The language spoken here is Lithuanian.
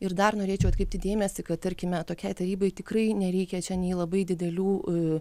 ir dar norėčiau atkreipti dėmesį kad tarkime tokiai tarybai tikrai nereikia čia nei labai didelių